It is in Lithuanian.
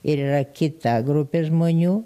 ir yra kita grupė žmonių